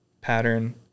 pattern